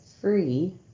free